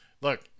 look